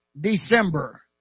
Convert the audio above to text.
December